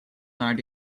naar